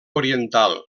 oriental